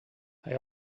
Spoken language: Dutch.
hij